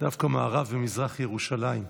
דווקא במערב ומזרח ירושלים,